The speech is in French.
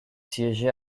siégé